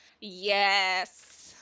Yes